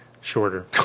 shorter